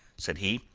said he.